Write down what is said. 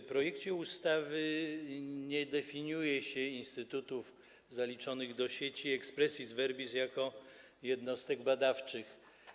W projekcie ustawy nie definiuje się instytutów zaliczonych do sieci expressis verbis jako jednostek badawczych.